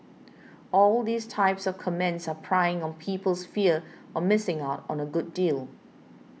all these type of comments are preying on people's fear on missing out on a good deal